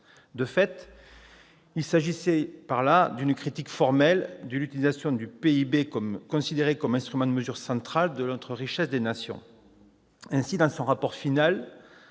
De fait, il s'agissait d'une critique formelle de l'utilisation du PIB en tant qu'instrument de mesure central de la « richesse des nations ». Ainsi, dans son rapport final,